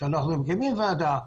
שאנחנו מקימים ועדה,